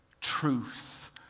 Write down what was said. truth